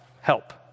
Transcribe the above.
help